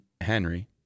Henry